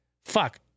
fuck